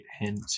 hint